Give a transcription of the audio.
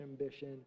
ambition